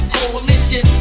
coalition